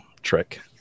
trick